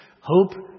Hope